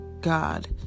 God